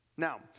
Now